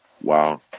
wow